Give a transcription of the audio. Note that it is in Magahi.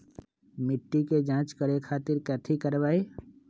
मिट्टी के जाँच करे खातिर कैथी करवाई?